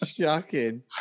Shocking